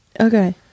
Okay